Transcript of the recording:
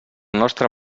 nostre